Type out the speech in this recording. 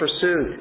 pursued